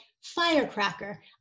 firecracker